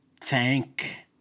thank